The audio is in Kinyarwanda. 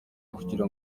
kugira